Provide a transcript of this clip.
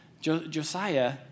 Josiah